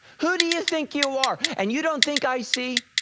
who do you think you are? and you don't think i see?